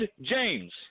James